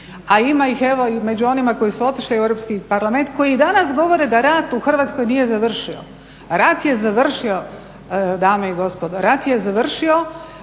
a ima ih evo i među onima koji su otišli u Europski parlament, koji i danas govore da rat u Hrvatskoj nije završio. Rat je završio, dame i gospodo, rat je završio